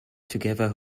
together